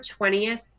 20th